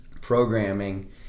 programming